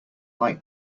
like